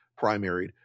primaried